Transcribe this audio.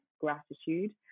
gratitude